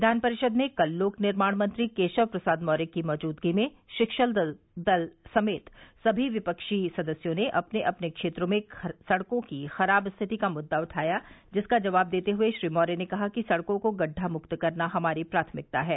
विधान परिषद में कल लोक निर्माण मंत्री केशव प्रसाद मौर्य की मौजूदगी में शिक्षक दल समेत समी विपक्षी सदस्यों ने अपने अपने क्षेत्रों में सड़कों की खराब स्थिति का मुददा उठाया जिसका जवाब देते हए श्री मौर्य ने कहा कि सड़कों को गडढामुक्त करना हमारी प्राथमिकता है